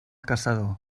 caçador